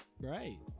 right